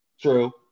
True